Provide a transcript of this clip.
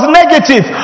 negative